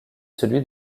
celui